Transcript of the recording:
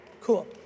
Cool